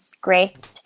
great